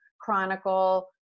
Chronicle